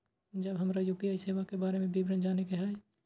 जब हमरा यू.पी.आई सेवा के बारे में विवरण जाने के हाय?